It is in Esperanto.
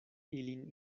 ilin